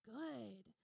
good